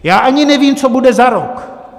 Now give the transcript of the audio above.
Já ani nevím, co bude za rok.